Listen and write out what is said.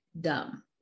dumb